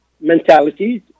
mentalities